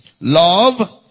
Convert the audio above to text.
love